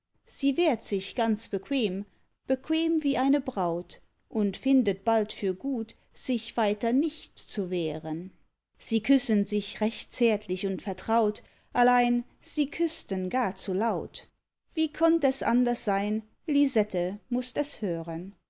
sie wehrt sich ganz bequem bequem wie eine braut und findet bald für gut sich weiter nicht zu wehren sie küssen sich recht zärtlich und vertraut allein sie küßten gar zu laut wie konnt es anders sein lisette mußt es hören